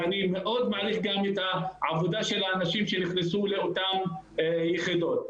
ואני מעריך מאוד את העבודה של האנשים שנכנסו לאותן יחידות.